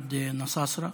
מוחמד נסאסרה,